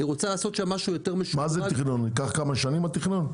ייקח כמה שנים התכנון?